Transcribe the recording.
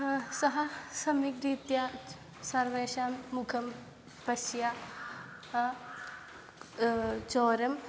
ह सः सम्यक् रीत्या सर्वेषां मुखं पश्य ह चोरम्